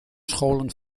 scholen